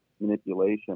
manipulation